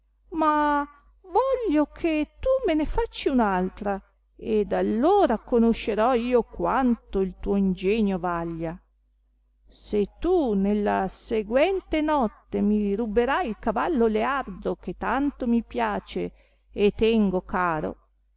ma voglio che tu me ne facci un altra ed allora conoscerò io quanto il tuo ingegno vaglia se tu nella seguente notte mi rubberai il cavallo leardo che tanto mi piace e tengo caro